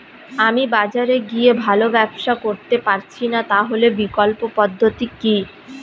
আমি বাজারে গিয়ে ভালো ব্যবসা করতে পারছি না তাহলে বিকল্প পদ্ধতি কি?